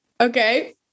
okay